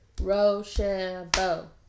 Rochambeau